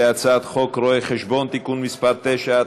להצעת חוק רואי-חשבון (תיקון מס' 9),